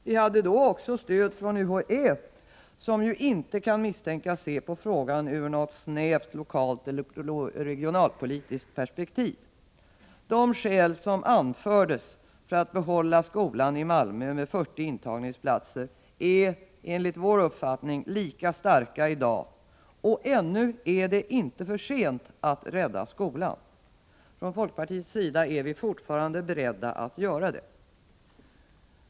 Vi hade också stöd från UHÄ, som inte kan misstänkas se på frågan ur ett snävt lokalt eller regionalpolitiskt perspektiv. De skäl som anfördes för att behålla skolan i Malmö med 40 intagningsplatser är enligt vår uppfattning lika starka i dag, och ännu är det inte för sent att rädda skolan. Från folkpartiets sida är vi fortfarande beredda att göra det.